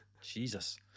Jesus